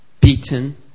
beaten